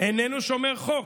איננו שומר חוק,